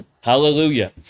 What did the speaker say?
Hallelujah